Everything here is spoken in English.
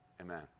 Amen